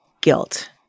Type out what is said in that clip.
guilt